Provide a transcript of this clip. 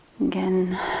Again